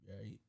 right